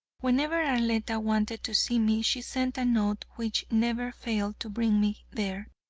whenever arletta wanted to see me she sent a note which never failed to bring me there.